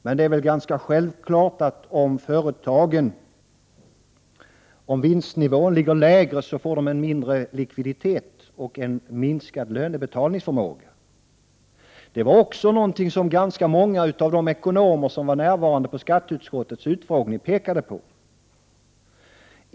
Men det är väl ganska självklart att om vinstnivån är lägre för företagen så får de en mindre likviditet och en minskad lönebetalningsförmåga. Detta är också något som de många ekonomer som var närvarande vid skatteutskottets utfrågning påpekade.